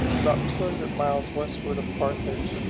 about two hundred miles westward of carthage,